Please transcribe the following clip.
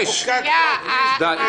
כך נוכל להתחיל את החוק כמו שצריך.